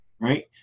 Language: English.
Right